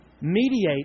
mediate